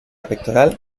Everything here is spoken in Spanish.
pectoral